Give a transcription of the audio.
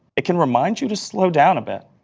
it can remind you to slow down a bit.